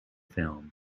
film